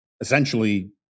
essentially